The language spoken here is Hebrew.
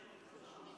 אדוני היושב-ראש,